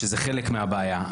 זה חלק מהבעיה.